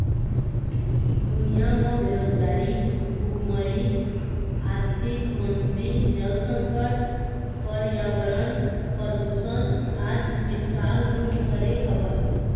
दुनिया म बेरोजगारी, भुखमरी, आरथिक मंदी, जल संकट, परयावरन परदूसन आज बिकराल रुप धरे हवय